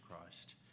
Christ